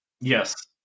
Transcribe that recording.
Yes